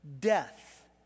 death